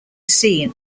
seen